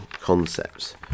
concepts